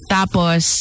Tapos